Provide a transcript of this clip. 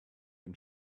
and